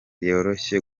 yoroshye